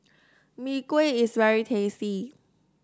Mee Kuah is very tasty